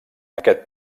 aquest